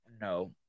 No